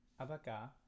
Abaca